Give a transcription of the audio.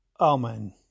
Amen